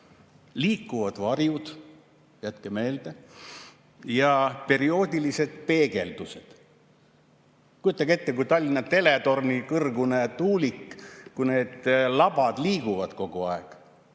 "liikuvad varjud" – jätke meelde – ja "perioodilised peegeldused". Kujutage ette, kui Tallinna teletorni kõrgune tuulik, kui need labad liiguvad kogu aeg,